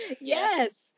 Yes